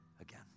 again